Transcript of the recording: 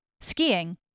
Skiing